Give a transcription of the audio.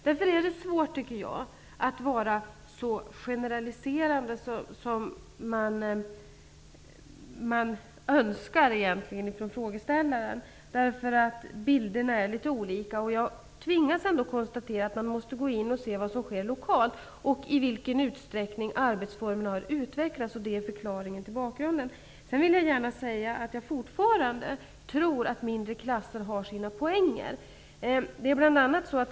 Därför är det svårt att vara så generaliserande som frågeställaren önskar att man kunde vara. Bilderna är litet olika. Man måste gå in och se vad som sker lokalt, hur arbetsformen har utvecklats och i vilken utsträckning detta är förklaringen till bakgrunden. Jag tror att det fortfarande har sina poänger med mindre klasser.